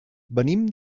venim